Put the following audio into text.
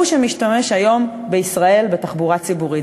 הוא שמשתמש היום בישראל בתחבורה ציבורית.